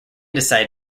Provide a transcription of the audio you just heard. decided